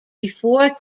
before